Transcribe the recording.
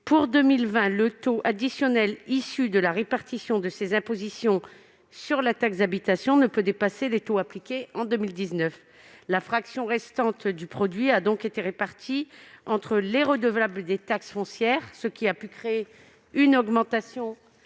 Pour 2020, le taux additionnel, issu de la répartition de ces impositions sur la taxe d'habitation, ne peut dépasser les taux appliqués en 2019. La fraction restante du produit a donc été répartie entre les redevables des taxes foncières, ce qui a pu créer une augmentation